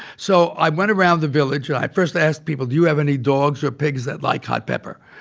so i went around the village, i first asked people, do you have any dogs or pigs that like hot pepper?